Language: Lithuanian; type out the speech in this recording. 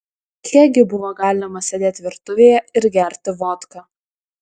kiek gi buvo galima sėdėti virtuvėje ir gerti vodką